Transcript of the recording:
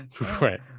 right